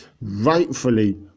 rightfully